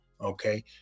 okay